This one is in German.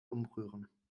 umrühren